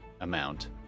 amount